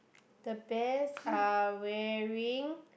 the bears are wearing